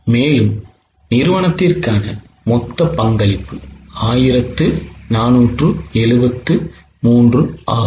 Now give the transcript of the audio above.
மேலும் நிறுவனத்திற்கான மொத்த பங்களிப்பு 1473 ஆகும்